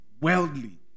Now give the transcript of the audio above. worldly